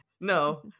No